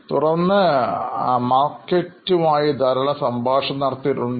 തുടർന്ന് മാർക്കറ്റുമായി ധാരാളം സംഭാഷണങ്ങൾ നടത്തിയിട്ടുണ്ട്